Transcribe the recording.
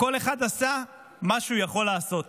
כל אחד עשה מה שהוא יכול לעשות,